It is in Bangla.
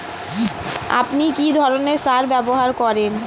আপনি কী ধরনের সার ব্যবহার করেন?